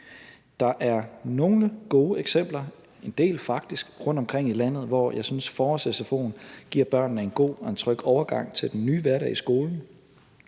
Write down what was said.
Der er nogle gode eksempler, en del faktisk, rundtomkring i landet, hvor jeg synes forårs-sfo'en giver børnene en god og en tryg overgang til den nye hverdag i skolen,